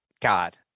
God